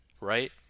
right